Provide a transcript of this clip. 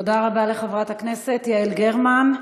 תודה רבה לחברת הכנסת יעל גרמן.